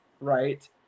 right